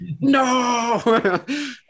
no